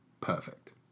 perfect